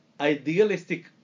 idealistic